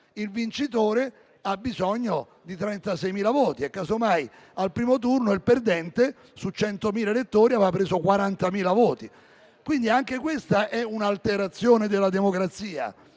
il vincitore ha bisogno di 36.000 voti e casomai al primo turno il perdente, su 100.000 elettori, aveva preso 40.000 voti. Anche questa, quindi, è un'alterazione della democrazia.